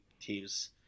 teams